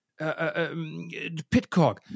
Pitcock